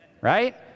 Right